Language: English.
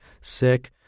sick